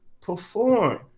perform